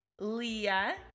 Leah